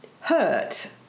hurt